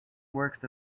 works